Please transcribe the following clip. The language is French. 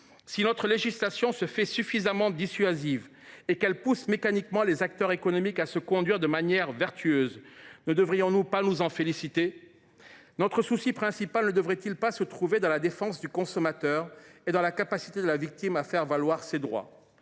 Si notre législation se fait suffisamment dissuasive et si elle pousse mécaniquement les acteurs économiques à se conduire de manière vertueuse, ne devrions nous pas nous en féliciter ? Notre souci principal ne devrait il pas se trouver dans la défense du consommateur, et dans la capacité de la victime à faire valoir ses droits ?